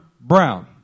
brown